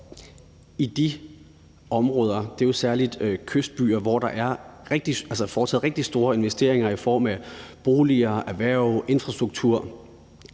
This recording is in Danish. i de områder – det er jo hovedsagelig kystbyer – hvor der er foretaget rigtig store investeringer i form af boliger, erhverv og infrastruktur,